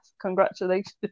Congratulations